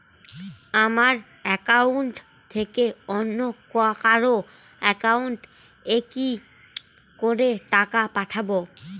আমার একাউন্ট থেকে অন্য কারো একাউন্ট এ কি করে টাকা পাঠাবো?